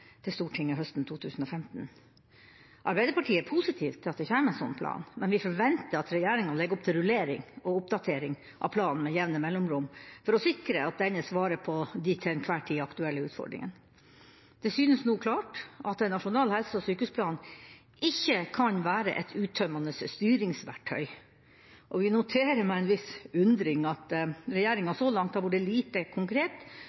til Stortinget høsten 2015. Arbeiderpartiet er positiv til at det kommer en sånn plan, men vi forventer at regjeringa legger opp til rullering og oppdatering av planen med jevne mellomrom, for å sikre at denne svarer på de til enhver tid aktuelle utfordringer. Det synes nå klart at en nasjonal helse- og sykehusplan ikke kan være et uttømmende styringsverktøy, og vi noterer med en viss undring at regjeringa så langt har vært lite konkret